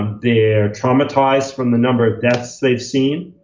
they're traumatized from the number of deaths they've seen.